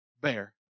Bear